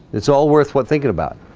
it's all worth what thinking about